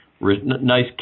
nice